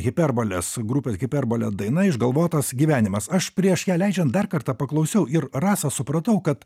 hiperbolės grupės hiperbolė daina išgalvotas gyvenimas aš prieš ją leidžiant dar kartą paklausiau ir rasa supratau kad